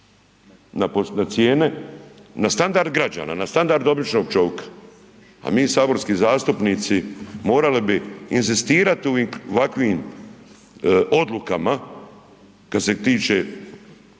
na cijene, na standard građana, na standard običnog čovika, a mi saborski zastupnici morali bi inzistirat u ovim, vakvim odlukama kad se tiče